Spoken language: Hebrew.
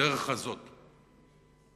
בדרך הזאת,